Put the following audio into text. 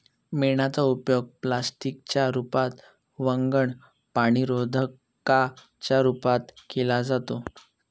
मेणाचा उपयोग प्लास्टिक च्या रूपात, वंगण, पाणीरोधका च्या रूपात केला जातो